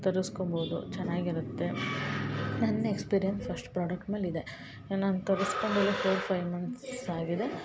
ತರಸ್ಕೋಬೋದು ಚೆನ್ನಾಗಿರುತ್ತೆ ನನ್ನ experience first product ಮೇಲೆ ಇದೆ ನಾನು ತರಸ್ಕೊಂಡಿರದು ಫೋರ್ ಫೈವ್ ಮಂತ್ಸ್ ಆಗಿದೆ